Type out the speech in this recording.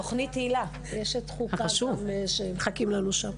תוכנית הילה, יש את חוקה גם שמחכים לנו שם.